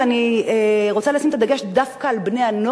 ואני רוצה לשים את הדגש דווקא על בני-הנוער,